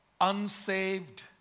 unsaved